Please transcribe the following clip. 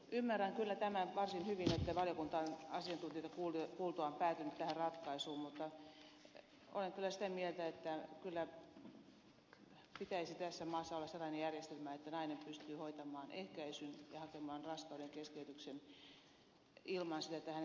ymmärrän varsin hyvin että valiokunta on asiantuntijoita kuultuaan päätynyt tähän ratkaisuun mutta olen kyllä sitä mieltä että pitäisi tässä maassa olla sellainen järjestelmä että nainen pystyy hoitamaan ehkäisyn ja hakemaan raskauden keskeytyksen ilman että hänen täytyy itse siihen toimeen ryhtyä